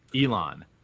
Elon